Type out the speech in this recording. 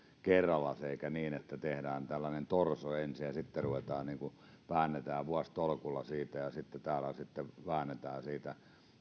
kerralla eikä niin että tehdään tällainen torso ensin ja sitten väännetään vuositolkulla siitä ja sitten täällä väännetään siitä